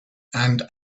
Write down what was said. and